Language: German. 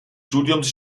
studiums